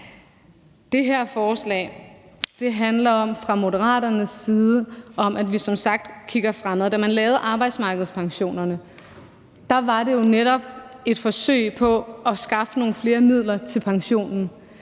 Det her forslag handler fra Moderaternes side om, at vi som sagt kigger fremad. Da man lavede arbejdsmarkedspensionerne, var det jo netop et forsøg på at skaffe nogle flere midler til pension.